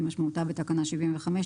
כמשמעותה בתקנה 75,